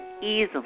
easily